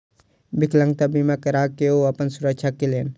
विकलांगता बीमा करा के ओ अपन सुरक्षा केलैन